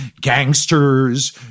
gangsters